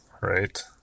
right